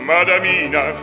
Madamina